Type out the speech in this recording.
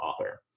author